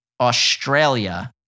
Australia